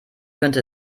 könnte